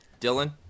Dylan